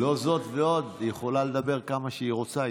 זאת ועוד, היא יכולה לדבר כמה שהיא רוצה.